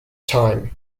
time